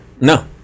No